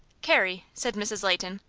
carrie, said mrs. leighton,